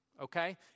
Okay